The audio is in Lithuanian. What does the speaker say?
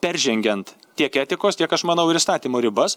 peržengiant tiek etikos tiek aš manau ir įstatymų ribas